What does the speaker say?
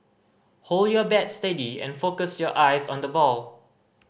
hold your bat steady and focus your eyes on the ball